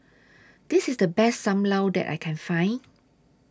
This IS The Best SAM Lau that I Can Find